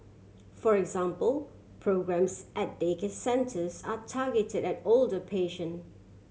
for example programmes at daycare centres are targeted at older patient